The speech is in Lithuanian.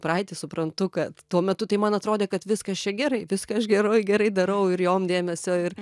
praeitį suprantu kad tuo metu tai man atrodė kad viskas čia gerai viską aš geroi gerai darau ir jom dėmesio ir